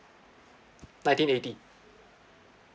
nineteen eighty